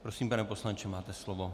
Prosím, pane poslanče, máte slovo.